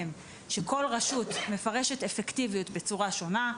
שכל רשות מפרשת אפקטיביות בצורה שונה,